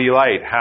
light